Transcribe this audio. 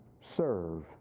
serve